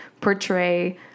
portray